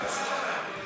של נתניהו או